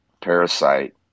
Parasite